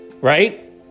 right